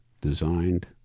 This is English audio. designed